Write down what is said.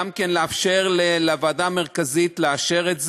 לאפשר לוועדה המרכזית לאשר גם את זה.